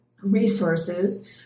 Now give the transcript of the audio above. resources